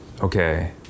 okay